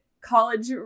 college